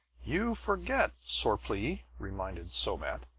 you forget, sorplee, reminded somat,